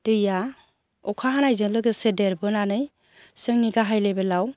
दैया अखा हानायजों लोगोसे देरबोनानै जोंनि गाहाय लेभेलाव